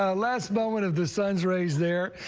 ah last moment of the sun's rays there,